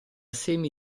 semi